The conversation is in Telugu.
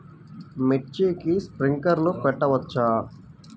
మిర్చికి స్ప్రింక్లర్లు పెట్టవచ్చా?